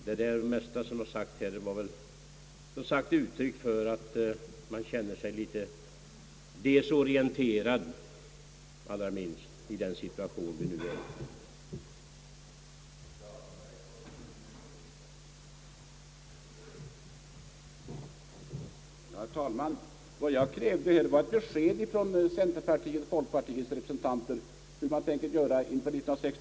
Det mesta av vad herr Dahlberg sade är väl, som jag redan nämnt, ett uttryck för att han känner sig litet desoriente rad — allra minst — i den situation vi nu kommit i.